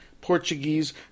Portuguese